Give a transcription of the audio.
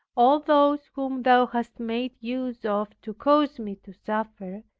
all those whom thou hast made use of to cause me to suffer,